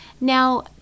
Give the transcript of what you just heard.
Now